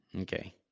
Okay